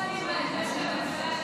אדוני היושב-ראש, חברי הכנסת שוסטר,